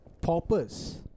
paupers